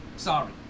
Sorry